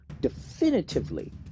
Definitively